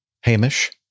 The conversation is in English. hamish